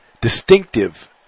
distinctive